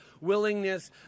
willingness